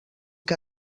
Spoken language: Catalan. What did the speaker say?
que